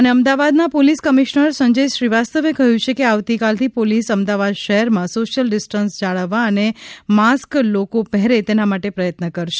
ઃ અમદાવાદના police commissioner Sanjay શ્રીવાસ્તવે કહયું છે કે આવતીકાલથી પોલીસ અમદાવાદ શહેરમાં સોશિયલ ડિસ્ટન્સ જાળવવા અને માસ્ક લોકો પહેરે તેના માટે પ્રયત્ન કરશે